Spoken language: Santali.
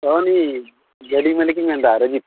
ᱜᱟᱹᱰᱤ ᱢᱟᱹᱞᱤᱠ ᱤᱧ ᱢᱮᱱᱮᱫᱟ ᱨᱟᱡᱤᱵᱽ